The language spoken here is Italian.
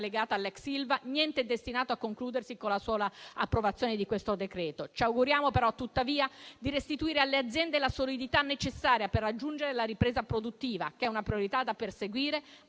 legata all'ex Ilva, niente è destinato a concludersi con la sola approvazione di questo decreto. Ci auguriamo, tuttavia, di restituire alle aziende la solidità necessaria per raggiungere la ripresa produttiva, che è una priorità da perseguire